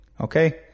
Okay